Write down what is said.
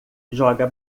joga